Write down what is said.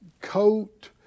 coat